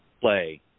play